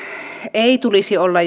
ei tulisi olla